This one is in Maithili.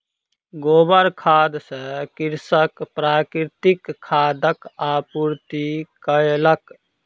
गोबर खाद सॅ कृषक प्राकृतिक खादक आपूर्ति कयलक